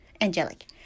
angelic